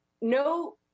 no